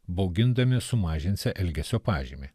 baugindami sumažinsią elgesio pažymį